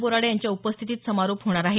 बोराडे यांच्या उपस्थितीत समारोप होणार आहे